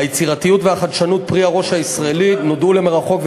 היצירתיות והחדשנות פרי הראש הישראלי נודעו למרחוק,